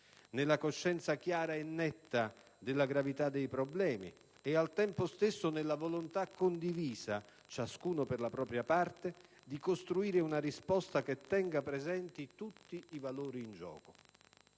nella coscienza chiara e netta della gravità dei problemi e, al tempo stesso, nella volontà condivisa - ciascuno per la propria parte - di costruire una risposta che tenga presenti tutti i valori in gioco.